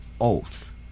oath